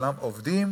כולם עובדים,